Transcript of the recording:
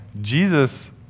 Jesus